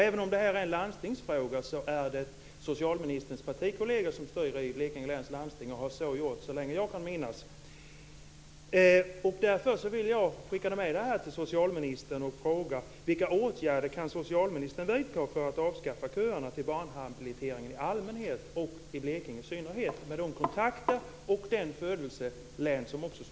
Även om detta är en landstingsfråga, så är det socialministerns partikolleger som styr i Blekinge läns landsting och har så gjort så länge jag kan minnas.